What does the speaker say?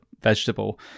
vegetable